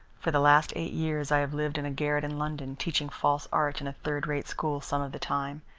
for the last eight years i have lived in a garret in london, teaching false art in a third-rate school some of the time,